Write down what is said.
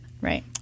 Right